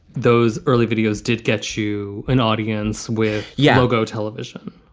those early videos did get you an audience with jagow television.